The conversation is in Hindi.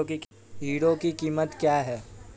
हीरो की कीमत क्या है?